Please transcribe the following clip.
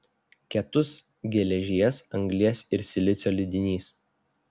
ketus geležies anglies ir silicio lydinys